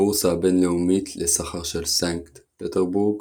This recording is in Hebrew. הבורסה הבינלאומית לסחר של סנקט פטרבורג